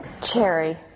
Cherry